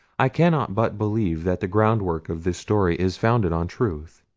i cannot but believe that the groundwork of the story is founded on truth.